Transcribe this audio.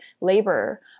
labor